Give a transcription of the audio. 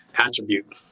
attribute